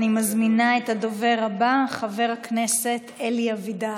אני מזמינה את הדובר הבא, חבר הכנסת אלי אבידר.